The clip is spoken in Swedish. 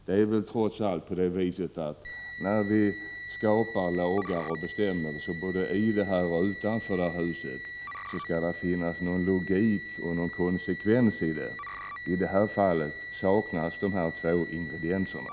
Det är trots allt så att när vi skapar bestämmelser och lagar, både i och utanför detta hus, skall det finnas någon logik och konsekvens. I det här fallet saknas de två ingredienserna.